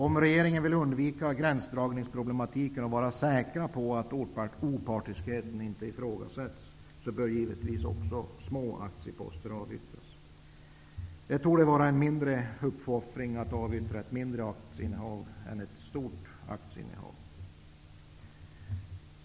Om regeringen vill undvika gränsdragningsproblematiken och vara säker på att opartiskheten inte infrågasätts bör givetvis också små aktieposter avyttras. Det torde vara en mindre uppoffring att avyttra ett mindre aktieinnehav än ett stort aktieinnehav.